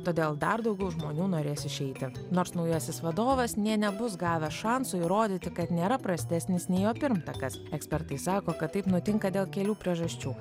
todėl dar daugiau žmonių norės išeiti nors naujasis vadovas nė nebus gavęs šanso įrodyti kad nėra prastesnis nei jo pirmtakas ekspertai sako kad taip nutinka dėl kelių priežasčių